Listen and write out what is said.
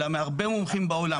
אלא מהרבה מומחים בעולם.